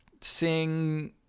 sing